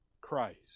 Christ